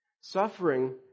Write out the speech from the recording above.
Suffering